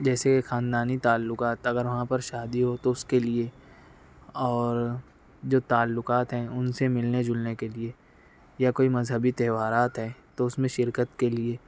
جیسے خاندانی تعلقات اگر وہاں پر شادی ہو تو اس کے لیے اور جو تعلقات ہیں ان سے ملنے جلنے کے لیے یا کوئی مذہبی تہوارات ہے تو اس میں شرکت کے لیے